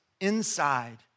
inside